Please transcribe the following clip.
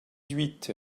huit